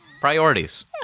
priorities